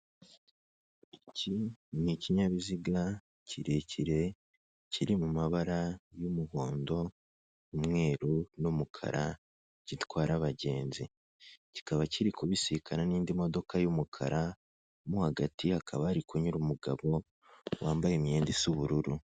Iki ni ikinyabiziga kirekire kiri mu mabara y'umuhondo umweru n'umukara gitwara abagenzi, kikaba kiri kubisikana n'indi modoka y'umukara, mo hagati hakaba hari kunyura umugabo wambaye imyenda isa ubururu.